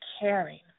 caring